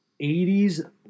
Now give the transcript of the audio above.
80s